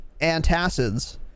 antacids